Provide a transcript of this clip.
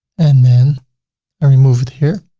and then i remove it here